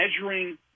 measuring